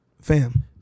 Fam